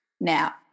Now